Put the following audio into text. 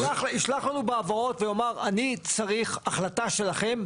ישלח לנו בהבהרות ויגיד אני צריך החלטה שלכם ,